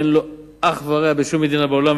אין לו אח ורע בשום מדינה בעולם,